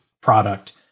product